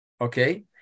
okay